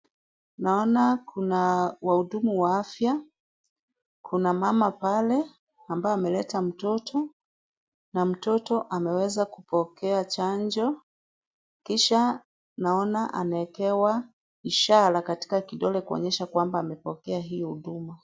Hapa kuna wahudumu wa afya kuna mama pale ambaye ameleta mtoto na mtoto ameweza kupokea chanjo. Kisha naona amepewa ishara katika kidole kuonyesha kwamba amepokea hiyo huduma.